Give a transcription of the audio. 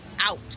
out